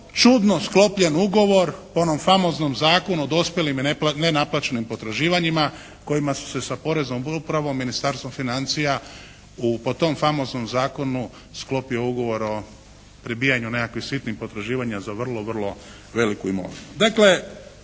čudno sklopljen ugovor o onom famoznom Zakonu o dospjelim i nenaplaćenim potraživanjima kojima su se sa poreznom upravom, Ministarstvom financija po tom famoznom zakonu sklopio ugovor o prebijanju nekakvih sitnih potraživanja za vrlo, vrlo veliku imovinu.